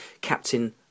Captain